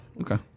Okay